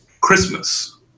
Christmas